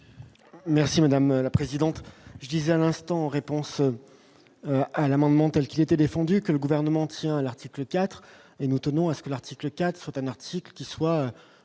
Merci madame la présidente, je disais à l'instant, en réponse à l'amendement telle qu'il était défendu, que le gouvernement tient à l'article IV et nous tenons à ce que l'article 4 d'un article qui soit